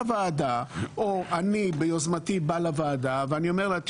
הוועדה או אני ביוזמתי בא לוועדה ואני אומר להם